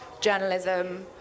journalism